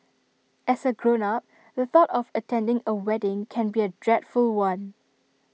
as A grown up the thought of attending A wedding can be A dreadful one